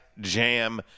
Jam